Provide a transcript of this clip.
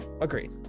agreed